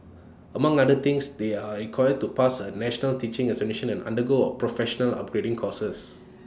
among other things they are required to pass A national teaching examination and undergo professional upgrading courses